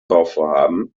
bauvorhaben